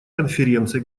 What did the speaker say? конференции